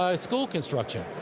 ah school construction.